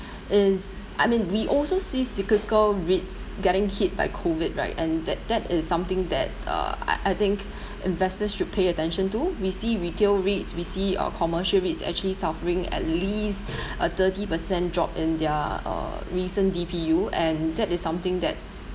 is I mean we also see cyclical REITs getting hit by COVID right and that that is something that uh I I think investors should pay attention to we see retail REITs we see uh commercial REITs actually suffering at least a thirty percent drop in their uh recent D_P_U and that is something that